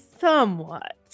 somewhat